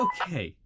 Okay